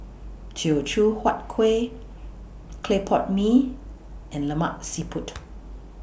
Teochew Huat Kueh Clay Pot Mee and Lemak Siput